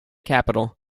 capital